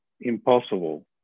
impossible